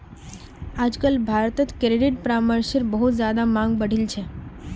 आजकल भारत्त क्रेडिट परामर्शेर बहुत ज्यादा मांग बढ़ील छे